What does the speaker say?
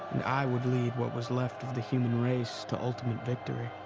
and i would lead what was left of the human race to ultimate victory.